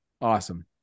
Awesome